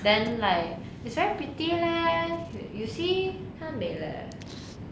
then like she very pretty leh you see 她很美 leh